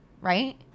right